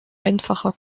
einfacher